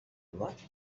what